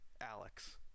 Alex